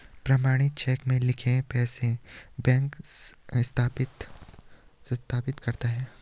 प्रमाणित चेक में लिखे पैसे बैंक सत्यापित करता है